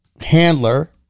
Handler